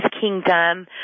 kingdom